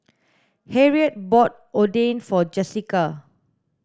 Harriet bought Oden for Jessica